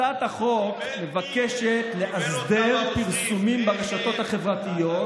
הצעת החוק מבקשת לאסדר פרסומים ברשתות החברתיות,